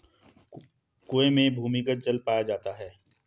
कुएं में भूमिगत जल पाया जाता है